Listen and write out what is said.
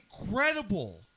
incredible